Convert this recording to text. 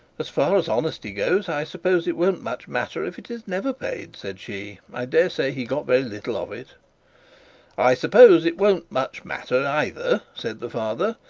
as far as honesty goes, i suppose it won't much matter if it is never paid said she. i dare say he got very little of it i suppose it won't much matter either said the father,